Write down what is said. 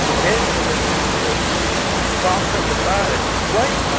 hedge clipper snips propped up beside it, waiting.